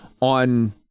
on